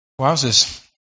Wowzers